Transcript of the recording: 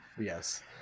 Yes